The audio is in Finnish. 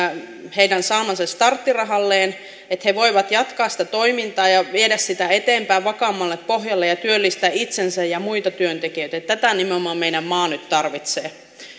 heidän saamallensa starttirahalle että he voivat jatkaa sitä toimintaa ja viedä sitä eteenpäin vakaammalle pohjalle ja työllistää itsensä ja muita työntekijöitä tätä nimenomaan meidän maamme nyt tarvitsee